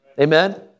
Amen